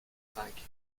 cinq